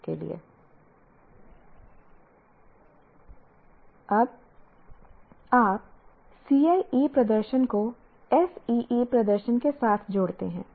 आप CIE प्रदर्शन को SEE प्रदर्शन के साथ जोड़ते हैं